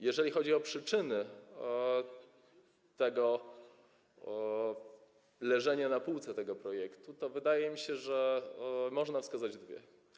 Jeżeli chodzi o przyczyny leżenia na półce tego projektu, to wydaje mi się, że można wskazać dwie.